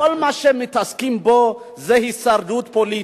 כי כל מה שהם מתעסקים בו זה הישרדות פוליטית.